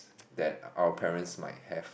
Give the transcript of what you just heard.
that our parents might have